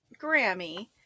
Grammy